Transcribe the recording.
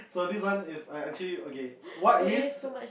so this one is I actually okay what risk